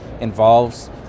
involves